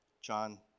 John